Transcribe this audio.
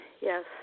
Yes